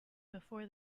before